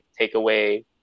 takeaway